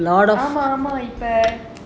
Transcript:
ஆமா ஆமா இப்ப:aamaa aamaa ippa